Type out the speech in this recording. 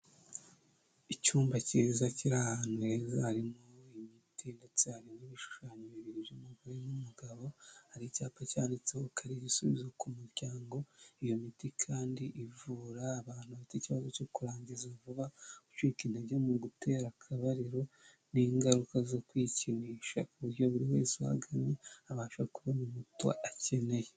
Icyumba cyiza kiri ahantu heza harimo imiti ndetse hari n'ibishushanyo bibiri by'umugore n'umugabo, hari icyapa cyanditseho ko ari ibisubizo ku muryango, iyo miti kandi ivura abantu bafite ikibazo cyo kurangiza vuba, gucika intege mu gutera akabariro n'ingaruka zo kwikinisha ku buryo buri wese uhagannye abasha kubona umuti akeneye.